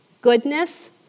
goodness